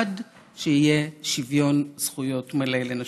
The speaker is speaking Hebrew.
עד שיהיה שוויון זכויות מלא לנשים.